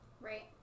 right